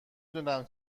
دونم